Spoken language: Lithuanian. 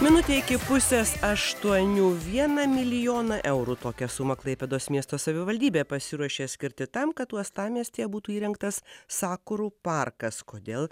minutė iki pusės aštuonių vieną milijoną eurų tokią sumą klaipėdos miesto savivaldybė pasiruošė skirti tam kad uostamiestyje būtų įrengtas sakurų parkas kodėl